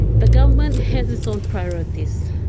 the government has its own priorities,